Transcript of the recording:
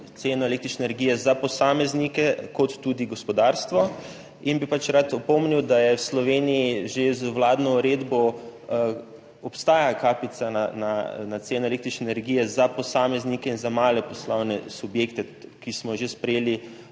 ceno električne energije za posameznike kot tudi gospodarstvo in bi pač rad opomnil, da v Sloveniji z vladno uredbo že obstaja kapica na cene električne energije za posameznike in za male poslovne subjekte, ki smo jo sprejeli